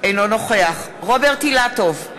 אינו נוכח רוברט אילטוב,